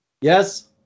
Yes